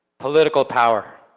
political power.